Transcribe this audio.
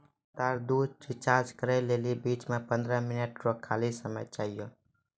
लगातार दु रिचार्ज करै लेली बीच मे पंद्रह मिनट रो खाली समय चाहियो